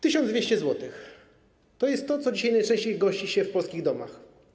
1200 zł to jest to, co dzisiaj najczęściej gości w polskich domach.